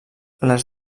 les